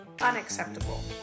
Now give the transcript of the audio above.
unacceptable